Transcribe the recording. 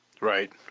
Right